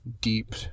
deep